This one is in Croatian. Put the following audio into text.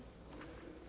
Hvala